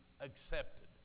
accepted